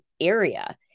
area